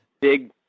big